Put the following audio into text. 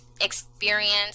experience